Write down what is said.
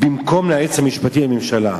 במקום ליועץ המשפטי לממשלה.